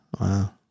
wow